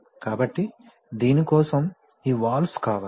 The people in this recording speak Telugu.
కాబట్టి దీని కోసం ఈ వాల్వ్స్ కావాలి